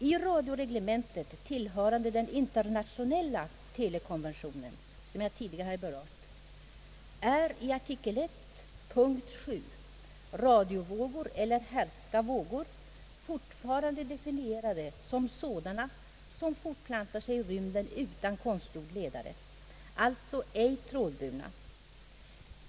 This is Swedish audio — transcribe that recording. I radioreglementet tillhörande den internationella telekonventionen — som jag tidigare har berört — är i artikel 1, punkt 7, radiovågor eller hertzka vågor fortfarande definierade som sådana som fortplantar sig i rymden utan konstgjord ledare — alltså ej trådburna.